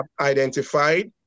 identified